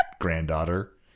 granddaughter